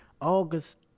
August